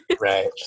Right